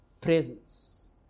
presence